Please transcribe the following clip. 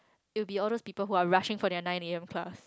it would be all those people who are rushing for their nine A_M class